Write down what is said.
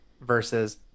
versus